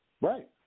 Right